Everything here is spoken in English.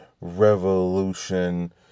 revolution